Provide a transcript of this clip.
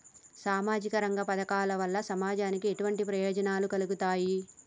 సామాజిక రంగ పథకాల వల్ల సమాజానికి ఎటువంటి ప్రయోజనాలు కలుగుతాయి?